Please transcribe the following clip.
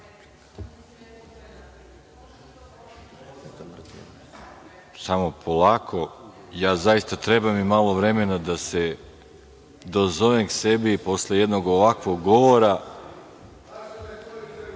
Samo polako, treba mi malo vremena da se dozovem k sebi posle jednog ovakvog govora,